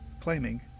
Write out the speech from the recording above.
claiming